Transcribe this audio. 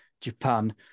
Japan